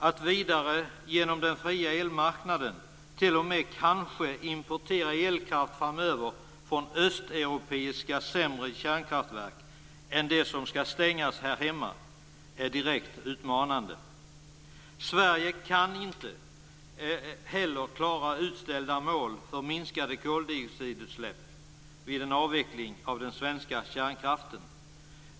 Att dessutom genom den fria elmarknaden t.o.m. kanske importera elkraft framöver från östeuropeiska kärnkraftverk, vilka är sämre än de här hemma som skall stängas, är direkt utmanande. Sverige kan inte heller klara utställda mål för minskade koldioxidutsläpp vid en avveckling av den svenska kärnkraften.